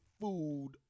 food